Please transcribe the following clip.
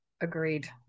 Agreed